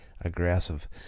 aggressive